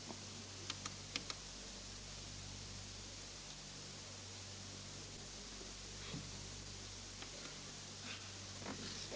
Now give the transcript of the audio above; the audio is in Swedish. Tisdagen den